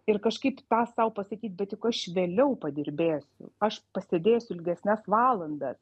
ir kažkaip tą sau pasakyt bet juk aš vėliau padirbėsiu aš pasėdėsiu ilgesnes valandas